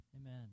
Amen